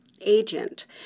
agent